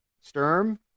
Sturm